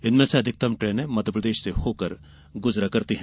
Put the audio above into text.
इनमें से अधिकतर ट्रेने मध्यप्रदेश से होकर गुजरती हैं